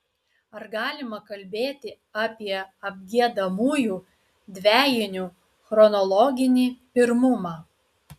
ar galima kalbėti apie apgiedamųjų dvejinių chronologinį pirmumą